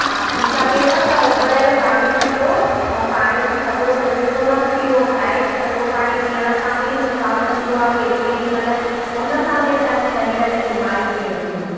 हा थी सघेव त उबिरियल पाणी पीओ ऐं पाणी बि थधो फिरज जो न पीओ छाहे की थधो पाणी पीअण सां बि नुक़सानु थींदो आहे केॾी केॾीमहिल हुन सां बि असांजे शरीर में बीमारियूं थी वेंदियूं आहिनि